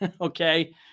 okay